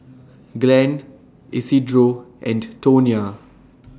Glen Isidro and Tonya